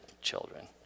children